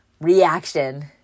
reaction